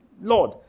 Lord